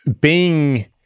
being-